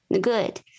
good